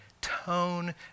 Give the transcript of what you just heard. tone